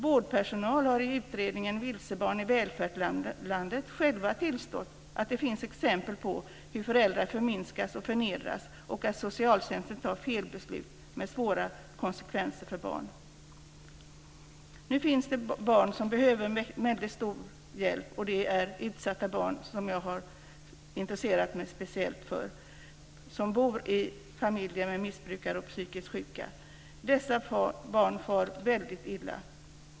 Vårdpersonal har i utredningen Vilsebarn i välfärdsland själva tillstått att det finns exempel på hur föräldrar förminskas och förnedras och att socialtjänsten tar felbeslut med svåra konsekvenser för barn. Nu finns det barn som behöver väldigt stor hjälp. Det är de utsatta barn som jag har intresserat mig speciellt för som bor i familjer med missbruk eller psykisk sjukdom. Dessa barn far väldigt illa.